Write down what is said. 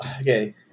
Okay